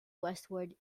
westward